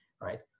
right